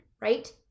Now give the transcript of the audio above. Right